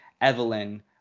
Evelyn